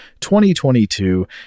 2022